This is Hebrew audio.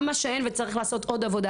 גם מה שאין וצריך לעשות עוד עבודה,